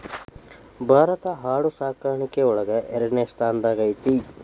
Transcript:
ಭಾರತಾ ಆಡು ಸಾಕಾಣಿಕೆ ಒಳಗ ಎರಡನೆ ಸ್ತಾನದಾಗ ಐತಿ